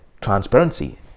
transparency